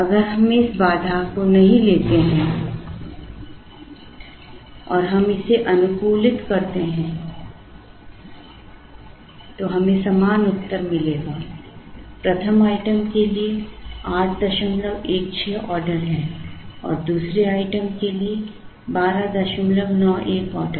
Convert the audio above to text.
अगर हम इस बाधा को नहीं लेते हैं और हम इसे अनुकूलित करते हैं तो हमें समान उत्तर मिलेगा प्रथम आइटम के लिए 816 ऑर्डर हैं और दूसरे आइटम के लिए 1291 ऑर्डर